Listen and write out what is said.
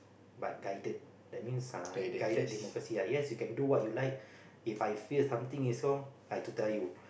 but guided that means sia guided democracy ah yes you can do what you like If I feel something is wrong I have to tell you